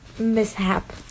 mishap